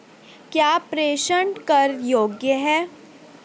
क्या प्रेषण कर योग्य हैं?